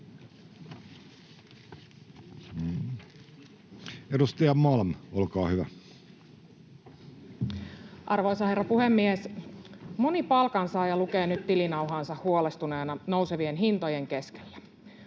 sd) Time: 16:03 Content: Arvoisa herra puhemies! Moni palkansaaja lukee nyt tilinauhaansa huolestuneena nousevien hintojen keskellä.